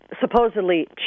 supposedly